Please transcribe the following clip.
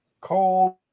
Cold